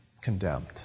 condemned